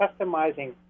customizing